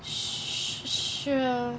sure